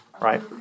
Right